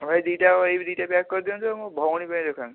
ଭାଇ ଏଇ ଦୁଇଟା ପ୍ୟାକ୍ କରଦିଅନ୍ତୁ ଆଉ ମୋ ଭଉଣୀ ପାଇଁ ଦେଖାନ୍ତୁ